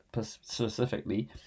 specifically